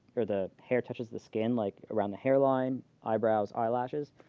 or the hair touches the skin, like, around the hairline, eyebrows, eye lashes,